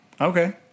Okay